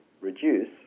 reduce